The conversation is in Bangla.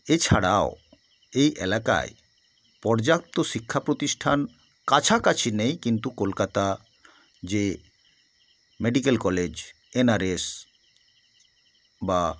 এছাড়াও এই এলাকায় পর্যাপ্ত শিক্ষা প্রতিষ্ঠান কাছাকাছি নেই কিন্তু কলকাতা যে মেডিকেল কলেজ এনআরএস বা